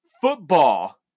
Football